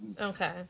Okay